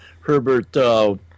Herbert